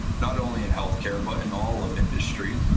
not only in health care but in all of industry.